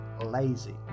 lazy